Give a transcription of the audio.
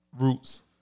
roots